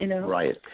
Right